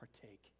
partake